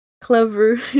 Clever